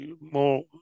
more